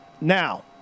Now